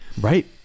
Right